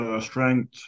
strength